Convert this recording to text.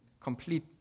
complete